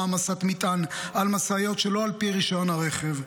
העמסת מטען על משאיות שלא על פי רישיון הרכב,